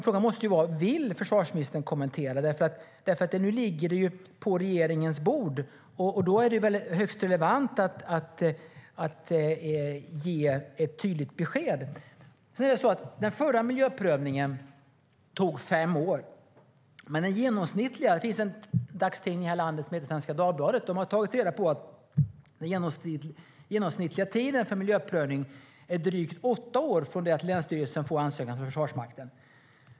Frågan är om försvarsministern vill kommentera. Nu ligger detta på regeringens bord, och då är det högst relevant att ge ett tydligt besked. Den förra miljöprövningen tog fem år. Det finns en dagstidning i det här landet som heter Svenska Dagbladet. De har tagit reda på att den genomsnittliga tiden för miljöprövning är drygt åtta år från det att länsstyrelsen får ansökan från Försvarsmakten.